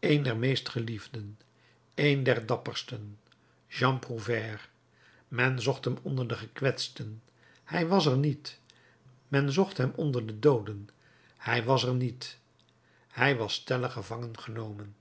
een der meest geliefden een der dappersten jean prouvaire men zocht hem onder de gekwetsten hij was er niet men zocht hem onder de dooden hij was er niet hij was stellig gevangengenomen